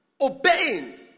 Obeying